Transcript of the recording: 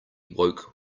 woke